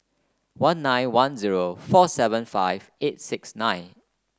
one nine one zero four seven five eight six nine